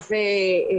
אני